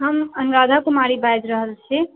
हम अनुराधा कुमारी बाजि रहल छी